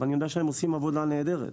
ואני יודע שהם עושים עבודה נהדרת,